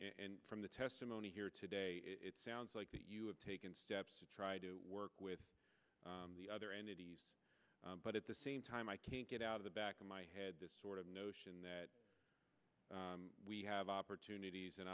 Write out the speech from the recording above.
and from the testimony here today it sounds like that you have taken steps to try to work with the other entities but at the same time i can't get out of the back of my head this sort of notion that we have opportunities and